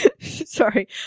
Sorry